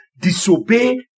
disobey